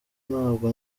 ntabwo